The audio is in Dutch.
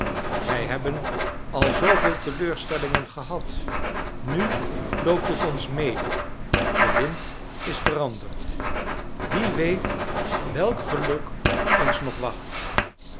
wij hebben al zooveel teleurstellingen gehad nu loopt het ons mede de wind is veranderd wie weet welk geluk ons nog wacht